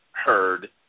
Heard